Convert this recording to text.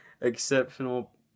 exceptional